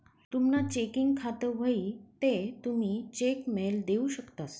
तुमनं चेकिंग खातं व्हयी ते तुमी चेक मेल देऊ शकतंस